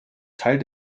teil